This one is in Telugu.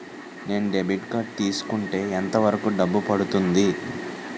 నేను డెబిట్ కార్డ్ తీసుకుంటే ఎంత వరకు డబ్బు పడుతుంది?